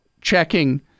checking